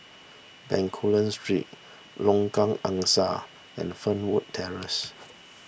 Bencoolen Street Lengkok Angsa and Fernwood Terrace